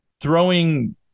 throwing